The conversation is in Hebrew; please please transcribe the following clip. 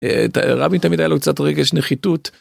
רבי תמיד היה לו קצת רגש נחיתות.